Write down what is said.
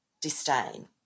disdain